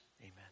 Amen